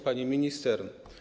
Pani Minister!